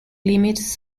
limits